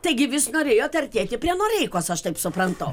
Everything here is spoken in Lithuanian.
taigi vis norėjot artėti prie noreikos aš taip suprantu